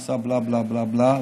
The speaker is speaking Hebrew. עשה בלה בלה בלה.